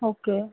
okay